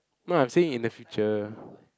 no I'm saying in the future